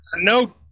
no